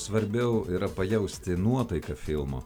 svarbiau yra pajausti nuotaiką filmo